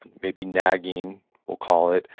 maybe nagging we'll call it,